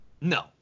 No